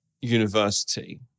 university